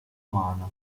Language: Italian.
umana